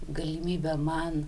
galimybę man